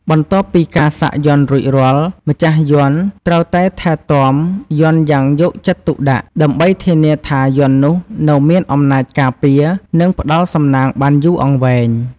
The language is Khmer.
បន្ទាប់ពីការសាក់យ័ន្តរួចរាល់ ម្ចាស់យន្តត្រូវតែថែទាំ យន្តយ៉ាងយកចិត្តទុកដាក់ ដើម្បីធានាថាយន្តនោះនៅមានអំណាចការពារ និងផ្ដល់សំណាងបានយូរអង្វែង។